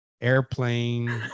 airplane